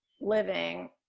living